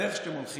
בדרך שאתם הולכים,